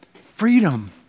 freedom